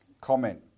comment